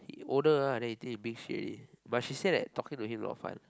older lah then you think you big shit already but she said that talking to him not fun